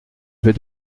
vais